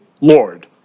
Lord